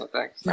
Thanks